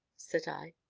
said i,